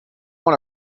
want